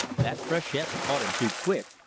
that freshet caught him too quick.